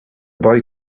boy